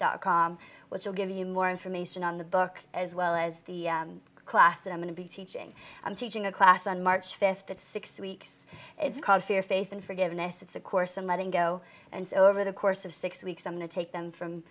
dot com which will give you more information on the book as well as the class that i'm going to be teaching i'm teaching a class on march fifth at six weeks it's called fear faith and forgiveness it's a course in letting go and so over the course of six weeks i'm going to take them from